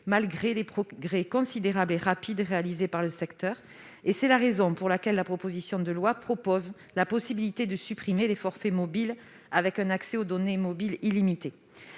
malgré des progrès considérables et rapides réalisés par le secteur. C'est la raison pour laquelle la proposition de loi offre la possibilité de supprimer les forfaits mobiles comprenant un accès illimité